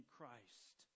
Christ